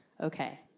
Okay